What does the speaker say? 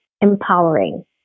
empowering